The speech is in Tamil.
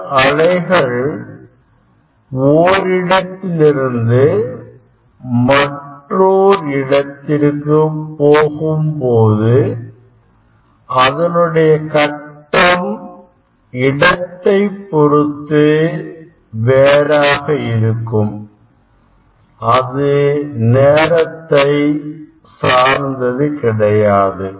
இந்த அலைகள் ஓரிடத்திலிருந்து மற்றோர் இடத்திற்கு போகும்போது அதனுடைய கட்டம் இடத்தை பொருத்து வேராக இருக்கும் அது நேரத்தை சார்ந்தது கிடையாது